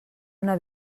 una